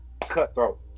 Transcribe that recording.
cutthroat